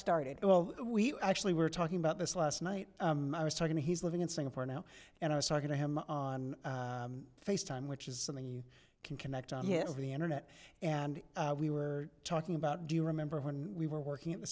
started well we actually were talking about this last night i was talking to he's living in singapore now and i was talking to him on face time which is something you can connect on his the internet and we were talking about do you remember when we were working at the